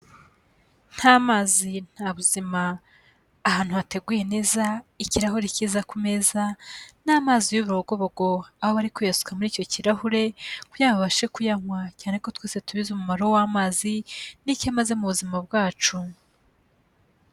nta mazi nta buzima, ahantu hateguye neza, ikirahuri kiza ku meza n'amazi y'urubogobogo, aho bari kuyasuka muri icyo kirahure kugira babashe kuyanywa cyane ko twese tubizi umumaro w'amazi n'icyo amaze mu buzima bwacu.